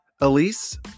Elise